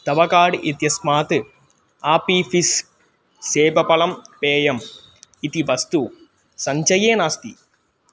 तव कार्ड् इत्यस्मात् आपी फ़िस् सेवफलपेयम् इति वस्तु सञ्चये नास्ति